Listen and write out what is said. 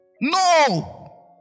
No